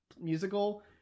musical